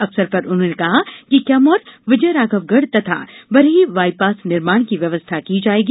अवसर पर उन्होंने कहा कि कैमोर विजयराघवगढ़ तथा बरही बाईपास निर्माण की व्यवस्था की जायेगी